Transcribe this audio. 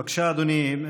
בבקשה, אדוני.